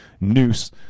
noose